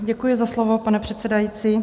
Děkuji za slovo, pane předsedající.